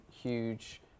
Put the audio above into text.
huge